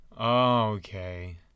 okay